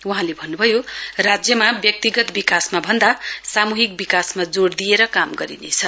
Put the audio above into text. वहाँले भन्नुभयो राज्यमा व्यक्तिगत विकासमा भन्दा सामूहिक विकासमा जोड़ दिएर काम गरिनेछ